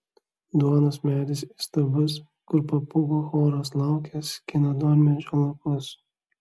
duonos medis įstabus kur papūgų choras laukia skina duonmedžio lapus